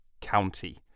county